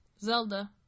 Zelda